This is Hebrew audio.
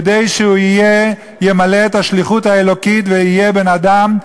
כדי שימלא את השליחות האלוקית ויהיה בן-אדם.